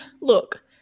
look